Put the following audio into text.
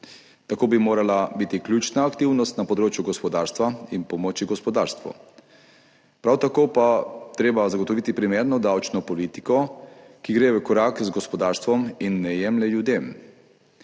Tako bi morala biti ključna aktivnost na področju gospodarstva in pomoči gospodarstvu. Prav tako pa je treba zagotoviti primerno davčno politiko, ki gre v korak z gospodarstvom in ne jemlje ljudem.